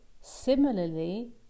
similarly